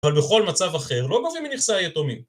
אבל בכל מצב אחר לא מביא מנכסי היתומים